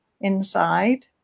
inside